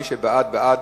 מי שבעד, בעד